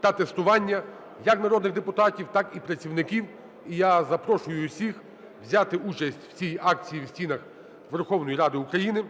та тестування як народних депутатів, так і працівників. І я запрошую всіх взяти участь в цій акції в стінах Верховної Ради України.